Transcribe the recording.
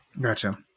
Gotcha